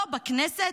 לא בכנסת,